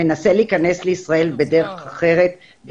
מנסה להיכנס לישראל בדרך אחרת,